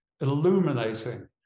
illuminating